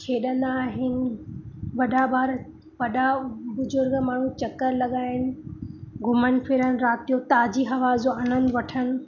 खेणंदा आहिनि वॾा ॿार वॾा बुजुर्ग माण्हू चक्कर लॻाइणु घुमणु फिरणु राति जो ताज़ी हवा जो आनंदु वठनि